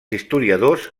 historiadors